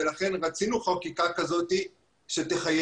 ולכן רצינו חקיקה כזאת שתחייב.